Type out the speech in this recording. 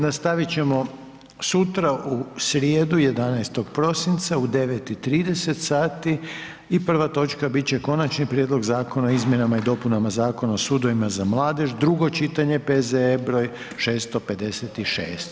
Nastavit ćemo sutra u srijedu, 11. prosinca u 9,30 sati i prva točka bit će Končani prijedlog zakona o izmjenama i dopunama Zakona o sudovima za mladež, drugo čitanje, P.Z.E. br. 656.